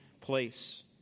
place